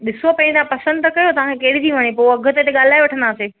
ॾिसो पहले तव्हां पसंदि त कयो तव्हां खे कहिड़ी थी वणे पोइ अघु ते त ॻाल्हाए वठंदासे